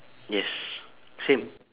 yes same